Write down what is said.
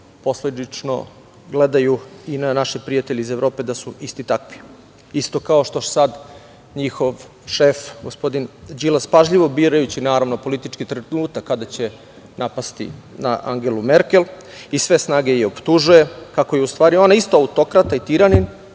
uzročno-posledično gledaju i na naše prijatelje iz Evrope da su isti takvi. Isto kao što sada njihov šef, gospodin Đilas, pažljivo birajući politički trenutak kada će napasti na Angelu Merkel, iz sve snage je optužuje, kako je ona u stvari isto autokrata i tiranin,